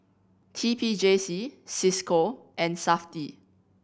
T P J C Cisco and Safti